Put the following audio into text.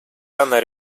данная